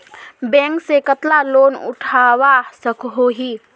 Bank से कतला loan उठवा सकोही?